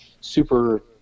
super